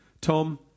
Tom